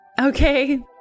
Okay